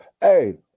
Hey